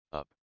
up